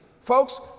Folks